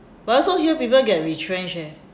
but I also hear people get retrenched eh